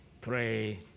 pray